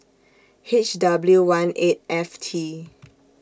H W one eight F T